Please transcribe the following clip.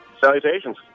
Salutations